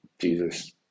Jesus